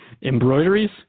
Embroideries